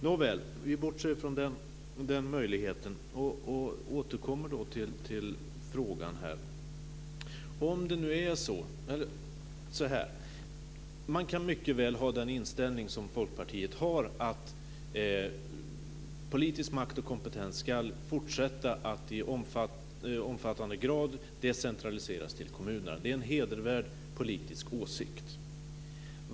Men låt oss bortse från den möjligheten och återgå till frågan. Man kan mycket väl ha den inställning som Folkpartiet har, att politisk makt och kompetens ska fortsätta att i omfattande grad decentraliseras till kommunerna. Det är en hedervärd politisk åsikt.